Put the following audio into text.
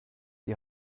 die